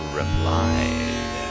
replied